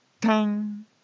tang